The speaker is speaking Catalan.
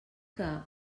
que